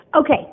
Okay